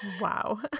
Wow